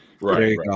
Right